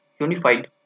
unified